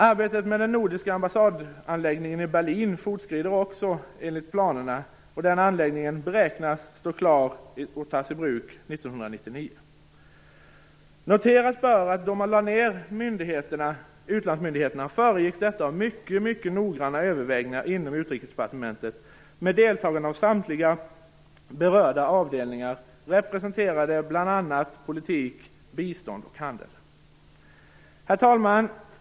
Arbetet med den nordiska ambassadanläggningen i Berlin fortskrider också enligt planerna, och den anläggningen beräknas stå klar att tas i bruk 1999. Noteras bör att då man lade ned utlandsmyndigheter föregicks detta av mycket noggranna överväganden inom Utrikesdepartementet med deltagande av samtliga berörda avdelningar, representerande bl.a. Herr talman!